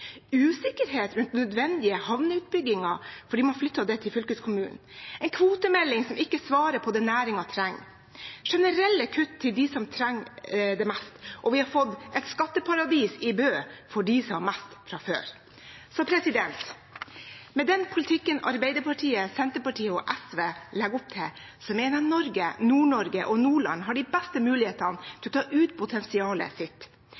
usikkerhet rundt nødvendige havneutbygginger fordi man har flyttet det til fylkeskommunen, en kvotemelding som ikke svarer på det næringen trenger, generelle kutt for dem med minst, og vi har fått et skatteparadis i Bø for dem som har mest fra før. Med den politikken Arbeiderpartiet, Senterpartiet og SV legger opp til, mener jeg at Norge, Nord-Norge og Nordland har de beste mulighetene til å ta ut potensialet sitt.